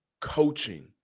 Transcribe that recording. coaching